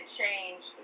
change